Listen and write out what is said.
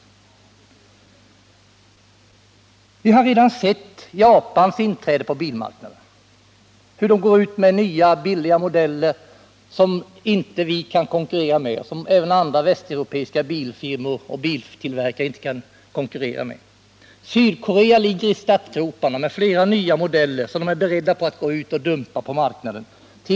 Vi har redan sett Japans inträde på bilmarknaden med nya, billiga modeller, som varken vi eller andra västeuropeiska biltillverkare kan konkurrera med. Sydkorea ligger i startgroparna med flera nya modeller, som man är beredd att dumpa marknaden med.